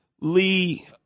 Lee